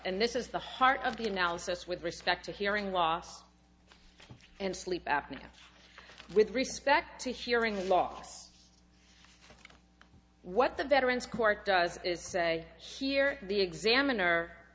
and this is the heart of the analysis with respect to hearing loss and sleep apnea with respect to hearing loss what the veterans court does is say here the examiner